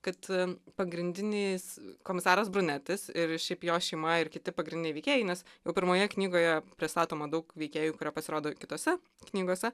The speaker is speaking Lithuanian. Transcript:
kad pagrindiniais komisaras brunetis ir šiaip jo šeima ir kiti pagrindiniai veikėjai nes jau pirmoje knygoje pristatoma daug veikėjų kurie pasirodo kitose knygose